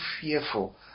fearful